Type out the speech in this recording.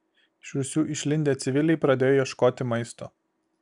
iš rūsių išlindę civiliai pradėjo ieškoti maisto